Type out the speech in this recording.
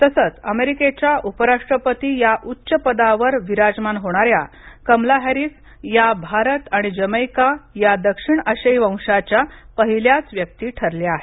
तसच अमेरिकेच्या उपराष्ट्रपती या उच्चपदावर विराजमान होणाऱ्या कमला हॅरिस या भारत आणि जमेईका या दक्षिण आशियाई वंशाच्या पहिल्याच व्यक्ती ठरल्या आहेत